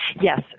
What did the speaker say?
Yes